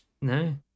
No